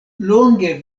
longe